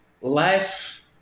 life